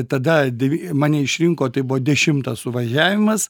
tada devy mane išrinko tai buvo dešimtas suvažiavimas